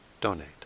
donate